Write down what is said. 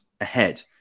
ahead